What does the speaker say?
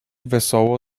wesoło